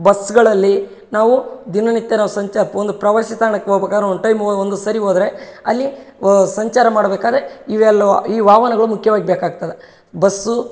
ಬಸ್ಗಳಲ್ಲಿ ನಾವು ದಿನನಿತ್ಯ ನಾವು ಸಂಚಾರ ಒಂದು ಪ್ರವಾಸಿ ತಾಣಕ್ಕೆ ಹೋಬೇಕಾದ್ರೆ ಒಂದು ಟೈಮ್ ಒಂದು ಸರಿ ಹೋದ್ರೆ ಅಲ್ಲಿ ವ ಸಂಚಾರ ಮಾಡಬೇಕಾದ್ರೆ ಇವೆಲ್ವ ಈ ವಾಹನಗಳು ಮುಖ್ಯವಾಗ್ ಬೇಕಾಗ್ತದೆ ಬಸ್ಸು